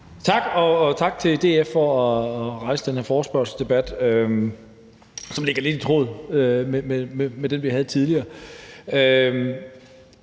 Tak, og tak til DF for at rejse den her forespørgselsdebat, som er lidt i tråd med den, vi havde tidligere.